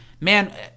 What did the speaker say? man